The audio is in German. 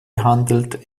handelt